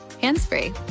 hands-free